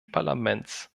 parlaments